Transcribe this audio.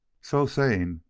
so saying,